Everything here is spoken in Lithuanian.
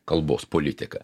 kalbos politika